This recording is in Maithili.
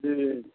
जी